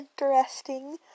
interesting